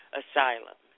asylum